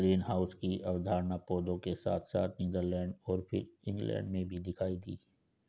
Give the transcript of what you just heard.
greenhouse की अवधारणा पौधों के साथ साथ नीदरलैंड और फिर इंग्लैंड में भी दिखाई दी